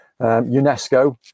UNESCO